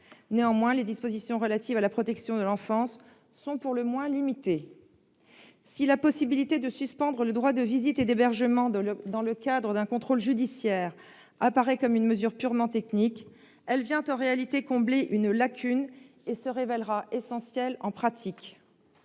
Néanmoins, les dispositions relatives à la protection de l'enfance sont pour le moins limitées. Si la possibilité de suspendre le droit de visite et d'hébergement dans le cadre d'un contrôle judiciaire apparaît comme une mesure purement technique, elle vient, en réalité, combler une lacune et se révélera essentielle en pratique.